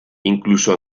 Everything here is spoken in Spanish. incluso